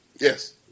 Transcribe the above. Yes